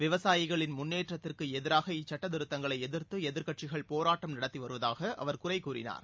விவசாயிகளின் முன்னேற்றத்திற்கு எதிராக இச்சட்டத்திருத்தங்களை எதிர்த்து எதிர்க்கட்சிகள் போராட்டம் நடத்தி வருவதாக அவர் குறை கூறினார்